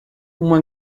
uma